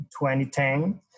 2010